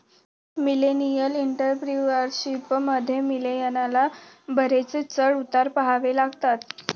millennial entrepreneurship मध्ये, मिलेनियलना बरेच चढ उतार पहावे लागतात